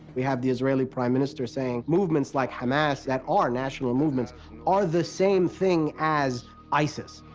we have the israeli prime minister saying movements like hamas that are national movements are the same thing as isis.